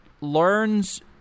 learns